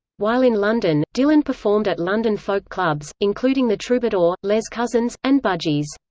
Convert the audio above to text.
while in london, dylan performed at london folk clubs, including the troubadour, les cousins, and bunjies.